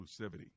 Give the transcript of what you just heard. exclusivity